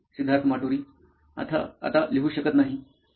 सिद्धार्थ माटुरी मुख्य कार्यकारी अधिकारी नॉइन इलेक्ट्रॉनिक्स आता लिहू शकत नाही